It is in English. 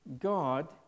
God